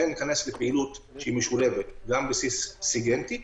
ניכנס לפעילות משולבת גם בסיס סיגינטי,